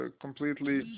completely